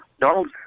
Donald